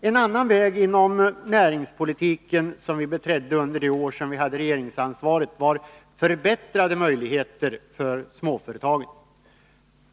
En annan väg inom näringspolitiken som vi beträdde under de år som vi hade regeringsansvaret var förbättrade möjligheter för småföretagen.